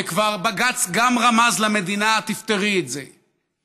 וכבר בג"ץ גם רמז למדינה: תפתרי את זה,